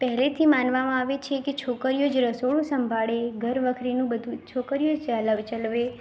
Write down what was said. પહેલેથી માનવામાં આવે છે કે છોકરીઓ જ રસોડું સંભાળે ઘર વખરીનું બધું છોકરીઓ ચાલવ ચલાવે